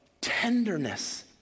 tenderness